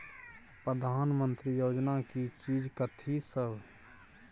प्रधानमंत्री योजना की चीज कथि सब?